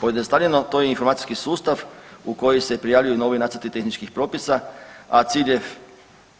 Pojednostavljeno to je informacijski sustav u koji se prijavljuju novi nacrti tehničkih propisa, a cilj je